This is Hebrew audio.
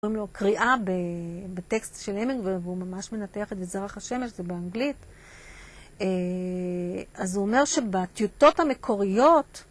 רואים לו קריאה בטקסט של המינגוויי והוא ממש מנתח את וזרח השמש, זה באנגלית אז הוא אומר שבטיוטות המקוריות